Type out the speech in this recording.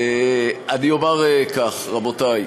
אני אומר כך: רבותי,